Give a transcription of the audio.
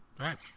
Right